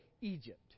Egypt